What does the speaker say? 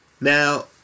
Now